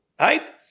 Right